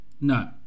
no